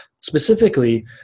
specifically